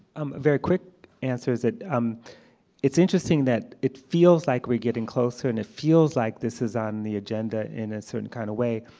um very quick answer is that um it's interesting that it feels like we're getting closer and it feels like this is on the agenda in a certain kind of way.